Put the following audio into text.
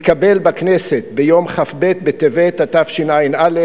התקבל בכנסת ביום כ"ב בטבת התשע"א,